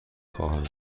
خواهم